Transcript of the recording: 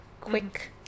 quick